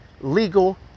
legal